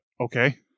Okay